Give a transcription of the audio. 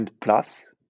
plus